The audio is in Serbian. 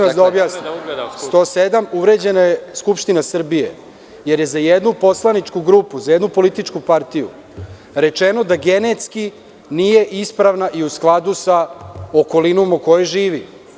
Član 107. uvređena je Skupština Srbije, jer je za jednu poslaničku grupu, za jednu političku partiju rečeno da genetski nije ispravna i u skladu sa okolinom u kojoj živi.